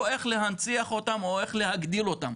לא איך להנציח אותם או איך להגדיל אותם